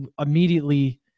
immediately